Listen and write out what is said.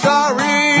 Sorry